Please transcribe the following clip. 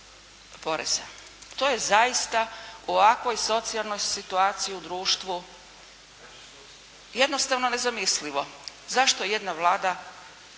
To je zaista u ovakvoj socijalnoj situaciji u društvu jednostavno nezamislivo. Zašto jedna vlada